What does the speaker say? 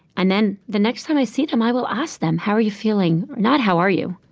and then the next time i see them, i will ask them, how are you feeling? not, how are you?